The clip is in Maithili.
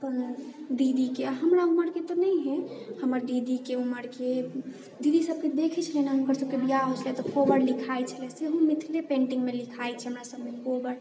अपन दीदीके हमरा उमरके तऽ नहि है हमर दीदीके उमरके दीदी सबके देखैत छलियनि हुनकर सबके बिआह होइत छलऽ तऽ कोबर लिखाइत छलै सेहो मिथिले पेंटिङ्गमे लिखाइत छै हमरा सबमे कोबर